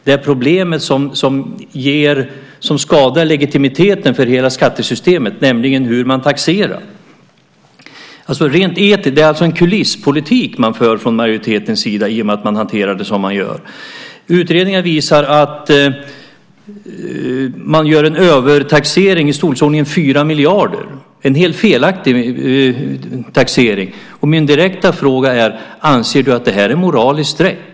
Det är problemet som skadar legitimiteten för hela skattesystemet, nämligen hur man taxerar. Det är alltså en kulisspolitik som man för från majoritetens sida i och med att man hanterar detta som man gör. Utredningar visar att man gör en övertaxering i storleksordningen 4 miljarder. Det är en felaktig taxering. Och min direkta fråga är: Anser du att det här är moraliskt rätt?